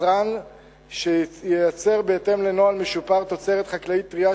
יצרן שייצר בהתאם לנוהל משופר תוצרת חקלאית טרייה